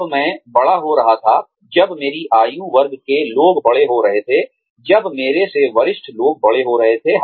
जब मैं बड़ा हो रहा था जब मेरे आयु वर्ग के लोग बड़े हो रहे थे जब मेरे से वरिष्ठ लोग बड़े हो रहे थे